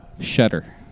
Shutter